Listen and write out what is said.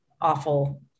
awful